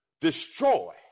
destroy